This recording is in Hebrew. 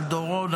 על דורון,